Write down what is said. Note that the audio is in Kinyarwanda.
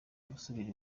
gusubira